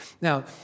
Now